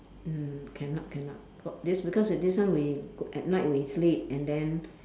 mm cannot cannot for this because with this one we at night we sleep and then